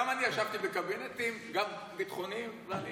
גם אני ישבתי בקבינטים, גם ביטחוניים, ואני,